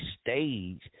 stage